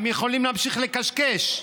והם יכולים להמשיך לקשקש.